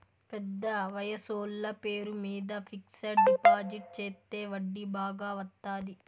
పెద్ద వయసోళ్ల పేరు మీద ఫిక్సడ్ డిపాజిట్ చెత్తే వడ్డీ బాగా వత్తాది